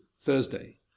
Thursday